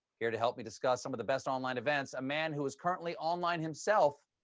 here to help me discuss some of the best online events, a man who is currently online himself,